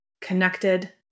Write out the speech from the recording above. connected